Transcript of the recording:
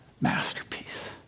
masterpiece